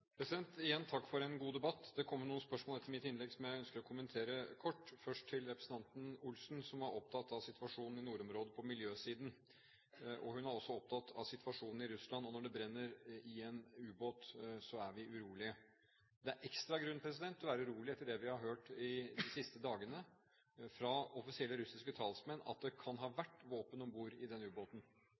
Igjen takk for en god debatt. Det kom noen spørsmål etter mitt innlegg som jeg ønsker å kommentere kort. Først til representanten Ingalill Olsen, som var opptatt av situasjonen i nordområdet på miljøsiden. Hun var også opptatt av situasjonen i Russland. Når det brenner i en ubåt, er vi urolige. Det er ekstra grunn til å være urolig etter det vi har hørt de siste dagene fra offisielle russiske talsmenn, at det kan ha vært våpen om bord i den ubåten,